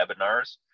webinars